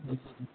अच्छा